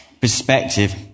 perspective